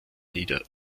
nieder